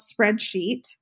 spreadsheet